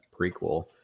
prequel